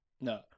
No